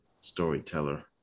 storyteller